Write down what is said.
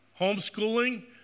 homeschooling